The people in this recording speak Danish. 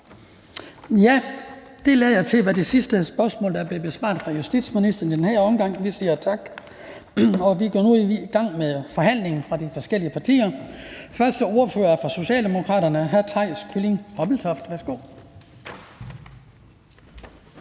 Det lader til at være det sidste spørgsmål, der bliver besvaret af justitsministeren i den her omgang, så vi siger tak. Vi går nu i gang med ordførerrækken. Først er det ordføreren for Socialdemokraterne, hr. Theis Kylling Hommeltoft. Værsgo.